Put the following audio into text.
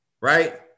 Right